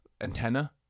antenna